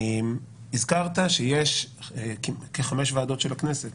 הזכרת שיש כחמש ועדות של הכנסת